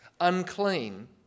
unclean